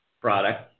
product